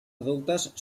adultes